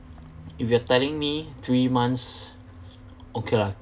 if you're telling me three months okay lah